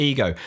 Ego